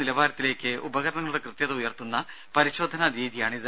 നിലവാരത്തിലേക്ക് ആഗോള ഉപകരണങ്ങളുടെ കൃത്യത ഉയർത്തുന്ന പരിശോധനാ രീതിയാണിത്